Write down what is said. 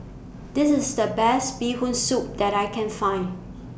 This IS The Best Bee Hoon Soup that I Can Find